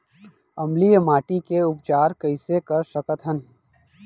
अम्लीय माटी के उपचार कइसे कर सकत हन?